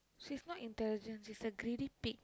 she's not intelligent she's a greedy pig